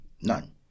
None